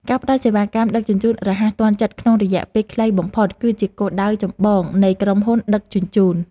ការផ្តល់សេវាកម្មដឹកជញ្ជូនរហ័សទាន់ចិត្តក្នុងរយៈពេលខ្លីបំផុត គឺជាគោលដៅចម្បងនៃក្រុមហ៊ុនដឹកជញ្ជូន។